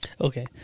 Okay